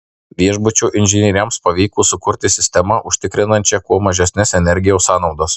viešbučio inžinieriams pavyko sukurti sistemą užtikrinančią kuo mažesnes energijos sąnaudas